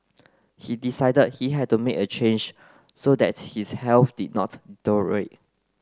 he decided he had to make a change so that his health did not